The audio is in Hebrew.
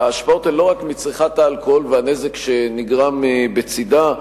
ההשפעות הן לא רק מצריכת האלכוהול והנזק שנגרם בצדה,